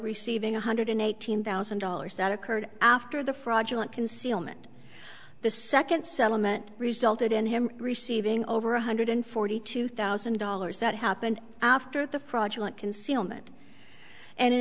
receiving one hundred eighteen thousand dollars that occurred after the fraudulent concealment the second settlement resulted in him receiving over one hundred forty two thousand dollars that happened after the fraudulent concealment and in